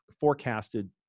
forecasted